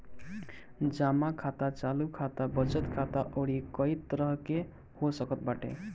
जमा खाता चालू खाता, बचत खाता अउरी कई तरही के हो सकत बाटे